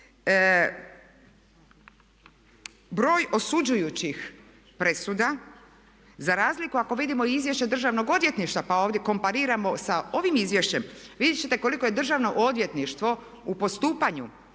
Broj osuđujućih presuda za razliku ako vidimo i izvješće Državnog odvjetništva, pa ovdje kompariramo sa ovim izvješćem vidjet ćete koliko je Državno odvjetništvo u postupanju